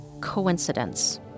coincidence